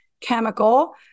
chemical